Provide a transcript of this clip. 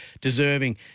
deserving